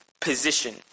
position